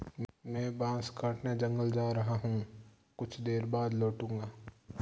मैं बांस काटने जंगल जा रहा हूं, कुछ देर बाद लौटूंगा